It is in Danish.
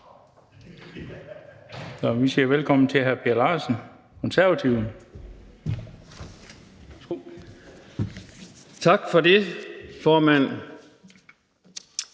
Vi siger velkommen til hr. Per Larsen, Konservative. Værsgo.